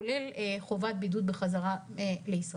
כולל חובת בידוד בחזרה לישראל.